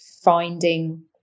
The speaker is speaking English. finding